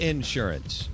Insurance